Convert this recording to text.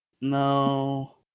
No